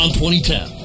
2010